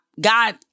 God